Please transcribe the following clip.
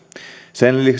sen